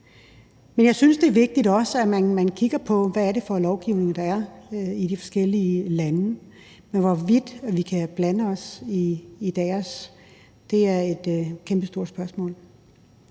Men jeg synes også, det er vigtigt, at man kigger på, hvad det er for en lovgivning, der er i de forskellige lande. Men hvorvidt vi kan blande os i deres, er et kæmpestort spørgsmål.